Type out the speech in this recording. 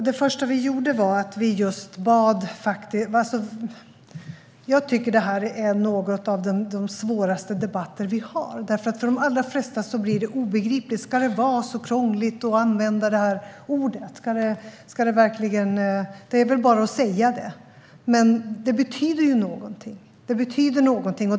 Herr talman! Jag tycker att detta är en av de svåraste debatter vi har eftersom detta för de allra flesta blir obegripligt. Ska det vara så krångligt att använda detta ord? Det är väl bara att säga det. Men det betyder någonting.